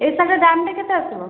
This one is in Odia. ଏଇ ଶାଢ଼ୀଟା ଦାମ୍ ଟା କେତେ ଆସିବ